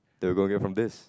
then we go get from this